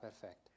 perfect